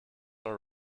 are